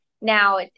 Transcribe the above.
now